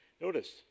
Notice